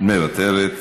מוותרת,